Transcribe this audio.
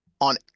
on